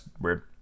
weird